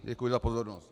Děkuji za pozornost.